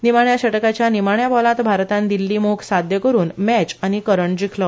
निमाण्या षटकाच्या निमण्या बॉलात भारतान दिल्ली मोख साध्य करुन मॅच आनी करंड जिखलो